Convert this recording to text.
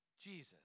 Jesus